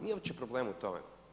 Nije uopće problem u tome.